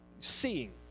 seeing